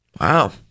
Wow